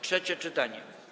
Trzecie czytanie.